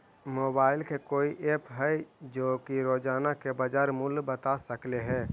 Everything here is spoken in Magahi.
मोबाईल के कोइ एप है जो कि रोजाना के बाजार मुलय बता सकले हे?